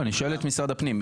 לא אני שואל את משרד הפנים,